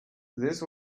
this